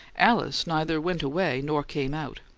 alice neither went away nor came out,